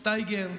שטייגר,